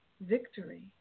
victory